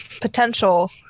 potential